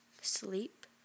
sleep